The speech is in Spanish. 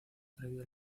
previo